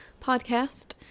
podcast